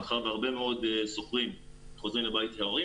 מאחר שהרבה מאוד שוכרים חוזרים לבית של ההורים